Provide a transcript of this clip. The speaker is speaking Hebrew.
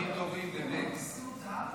הביטוח הלאומי (תיקון מס' 246,